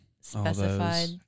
specified